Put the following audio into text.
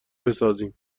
بسازیم